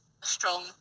strong